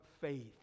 faith